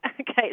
Okay